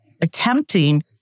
attempting